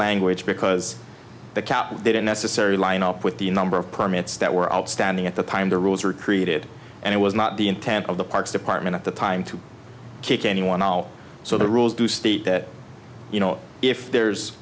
language because the cap didn't necessarily line up with the number of permits that were outstanding at the time the rules were created and it was not the intent of the parks department at the time to kick anyone now so the rules do state that you know if there's